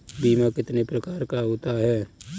बीमा कितने प्रकार का होता है?